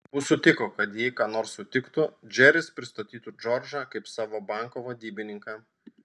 abu sutiko kad jei ką nors sutiktų džeris pristatytų džordžą kaip savo banko vadybininką